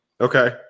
Okay